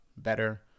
better